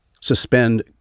suspend